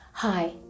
Hi